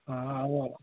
अब